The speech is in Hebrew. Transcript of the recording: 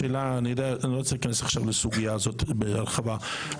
שאלה: אני לא רוצה להיכנס לסוגיה הזאת בהרחבה עכשיו,